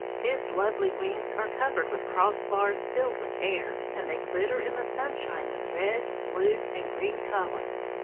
his lovely wings are covered with cross-bars filled with air, and they glitter in the sunshine with red, blue, and green colours.